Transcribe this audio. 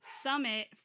summit